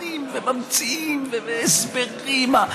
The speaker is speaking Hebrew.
מתפתלים וממציאים הסברים.